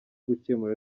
gukemura